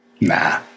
Nah